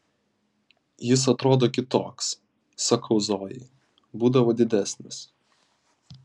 jis atrodo kitoks sakau zojai būdavo didesnis